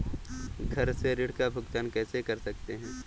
घर से ऋण का भुगतान कैसे कर सकते हैं?